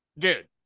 Dude